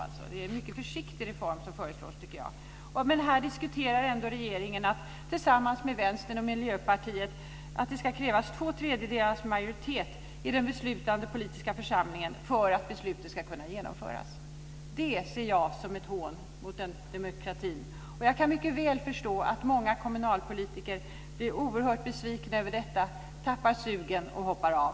Jag tycker att det är en mycket försiktig reform som föreslås. Men här diskuterar ändå regeringen tillsammans med Vänsterpartiet och Miljöpartiet att det ska krävas två tredjedelars majoritet i den beslutande politiska församlingen för att beslutet ska kunna genomföras. Det ser jag som ett hån mot demokratin. Och jag kan mycket väl förstå att många kommunalpolitiker blir oerhört besvikna över detta, tappar sugen och hoppar av.